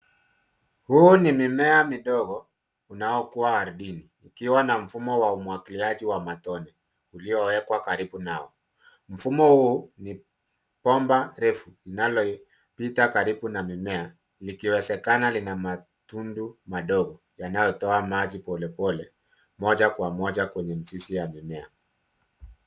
Huu ni mmea mdogo unaomea ardhini, ukiwa na mfumo wa umwagiliaji wa matone uliowekwa karibu nao. Mfumo huu ni bomba refu linalopita karibu na mimea, likiwezekana lina matundu madogo, yanayotoa maji polepole moja kwa moja kwenye mizizi ya mimea.